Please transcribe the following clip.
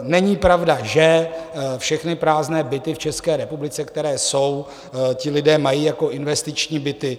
Není pravda, že všechny prázdné byty v České republice, které jsou, ti lidé mají jako investiční byty.